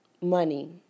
money